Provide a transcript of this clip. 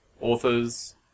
authors